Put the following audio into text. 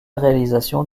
réalisation